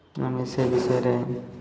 ଆମ ସେ ବିଷୟରେ